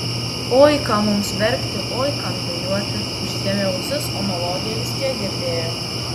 oi kam mums verkti oi kam dejuoti užsiėmė ausis o melodiją vis tiek girdėjo